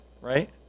right